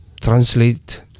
translate